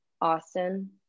Austin